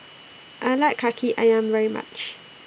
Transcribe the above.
I like Kaki Ayam very much